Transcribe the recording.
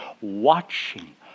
watching